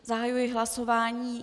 Zahajuji hlasování.